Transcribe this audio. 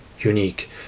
unique